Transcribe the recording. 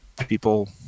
people